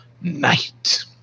night